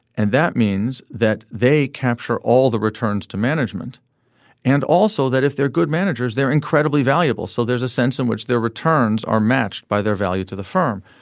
and that means that they capture all the returns to management and also that if they're good managers they're incredibly valuable. so there's a sense in which their returns are matched by their value to the firm.